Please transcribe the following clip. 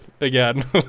Again